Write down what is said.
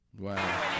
Wow